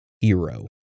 Hero